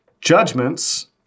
judgments